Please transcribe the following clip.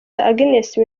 agnes